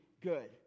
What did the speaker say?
good